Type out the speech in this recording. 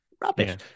Rubbish